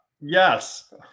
Yes